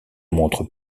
montre